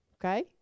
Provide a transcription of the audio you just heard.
Okay